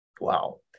Wow